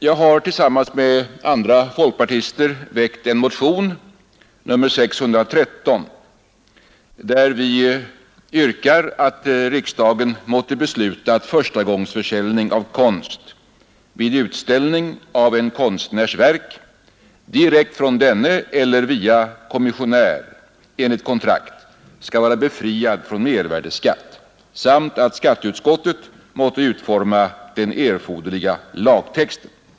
Jag har tillsammans med andra folkpartister väckt en motion, nr 613, där vi yrkar att riksdagen måtte besluta att förstagångsförsäljning av konst vid utställning av en konstnärs verk, direkt från denne eller via kommissionär enligt kontrakt, skall vara befriad från mervärdeskatt samt att skatteutskottet måtte utforma den erforderliga lagtexten.